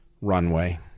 runway